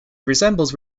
resembles